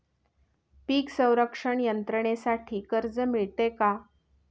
पीक संरक्षण यंत्रणेसाठी कर्ज मिळते का?